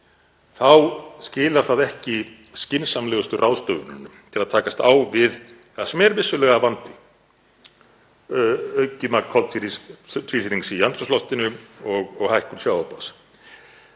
þá skilar það ekki skynsamlegustu ráðstöfunum til að takast á við það sem er vissulega vandi, aukið magn koltvísýrings í andrúmsloftinu og hækkun sjávarborðs.